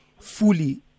fully